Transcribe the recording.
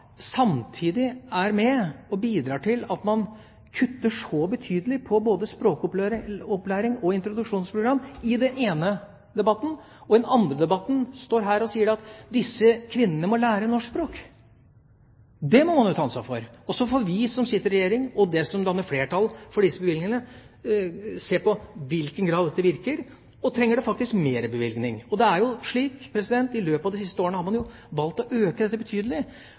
kutter så betydelig i både språkopplæring og introduksjonsprogram i den ene debatten og i den andre debatten står her og sier at disse kvinnene må lære norsk språk. Det må man ta ansvar for. Så får vi som sitter i regjering, og de som danner flertall for disse bevilgningene, se på i hvilken grad dette virker, og om man trenger mer bevilgning. Det er jo slik at i løpet av de siste årene har man valgt å øke dette betydelig,